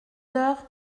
d’heure